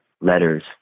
letters